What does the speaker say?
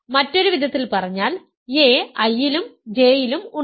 മറ്റൊരു വിധത്തിൽ പറഞ്ഞാൽ a I ലും J ലും ഉണ്ട്